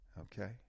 Okay